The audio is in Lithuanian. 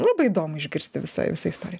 labai įdomu išgirsti visą visą istoriją